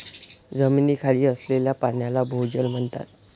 जमिनीखाली असलेल्या पाण्याला भोजल म्हणतात